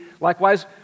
likewise